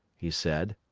he said.